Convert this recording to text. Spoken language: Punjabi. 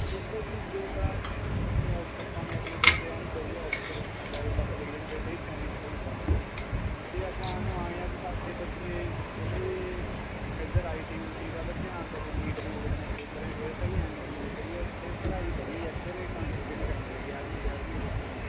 ਦੇਖੋ ਜੀ ਜੇ ਤਾਂ ਆਪਣੇ ਆਪ ਆਪਾਂ ਨੇ ਆਪਣੇ ਬੱਚਿਆਂ ਨੂੰ ਵਧੀਆ ਅਫ਼ੀਸਰ ਲੈਵਲ ਤੱਕ ਲੈ ਕੇ ਜਾਣੇ ਫਿਰ ਤਾਂ ਜੀ ਸੈਨਿਕ ਸਕੂਲ ਬੈਸਟ ਆ ਜੇ ਆਪਾਂ ਇਹਨੂੰ ਆਏ ਆ ਵੀ ਸਾਡੇ ਬੱਚੇ ਥੋੜ੍ਹੇ ਜਿਹੇ ਇੱਧਰ ਆਈ ਟੀ ਊਈਟੀ ਵੱਲ ਧਿਆਨ ਦਵੇ ਨੀਟ ਨੁਟ ਕਨੇ ਪੇਪਰ 'ਚ ਫਿਰ ਤਾਂ ਜੀ ਐਮ ਜੀ ਐਨ ਵਧੀਆ ਉੱਥੇ ਪੜ੍ਹਾਈ ਵਧੀਆ ਇੱਧਰ ਕਨਸਟਰੇਟ ਕਰਾਉਂਦੇ ਗਿਆਰਵੀਂ ਬਾਰਵੀਂ ਦੇ ਬੱਚਿਆਂ ਨੂੰ